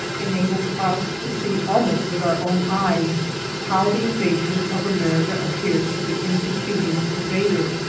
enables us to see almost with our own eyes how the invasion of america appears to the impecunious invader.